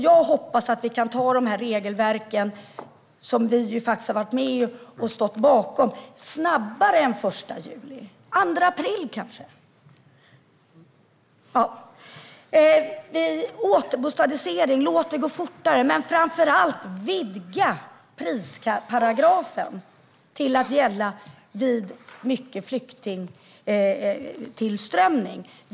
Jag hoppas att vi kan anta de här regelverken, som vi har varit med och stått bakom, tidigare än till den 1 juli - kanske till den 2 april? Låt det gå fortare med återbostadiseringen! Men framför allt: Vidga krisparagrafen till att gälla vid stor flyktingtillströmning!